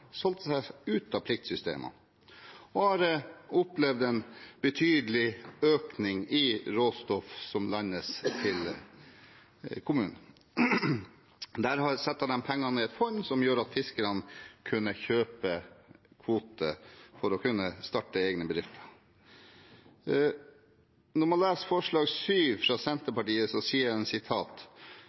seg ut av pliktsystemet og har opplevd en betydelig økning i råstoff som landes i kommunen. Der setter de pengene i et fond som gjør at fiskerne kan kjøpe kvoter for å kunne starte egne bedrifter. Når man leser forslag nr. 7, fra Senterpartiet,